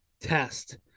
test